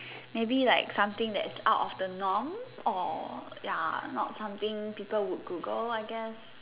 maybe like something that is out of the norm or ya not so something people would Google I guess